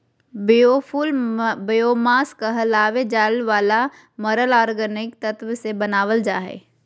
biofuel biomass कहल जावे वाला मरल ऑर्गेनिक तत्व से बनावल जा हइ